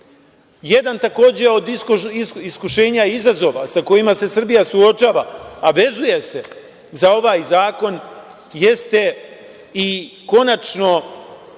takođe od iskušenja i izazova sa kojima se Srbija suočava, a vezuje se za ovaj zakon, jeste i konačno